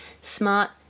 smart